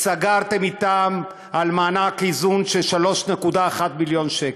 סגרתם אתם על מענק איזון של 3.1 מיליון שקל,